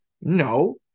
No